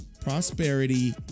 prosperity